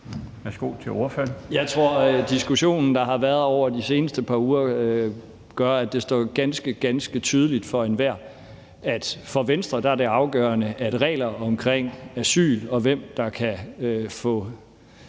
Jeg tror, at diskussionen, der har været over de seneste par uger, gør, at det står ganske, ganske tydeligt for enhver, at for Venstre er det afgørende, at regler om asyl, og hvem der kan få